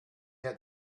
had